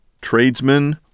tradesmen